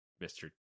Mr